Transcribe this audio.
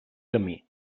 camí